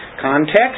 Context